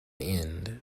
end